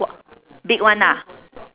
w~ big one ah